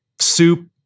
soup